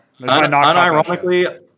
unironically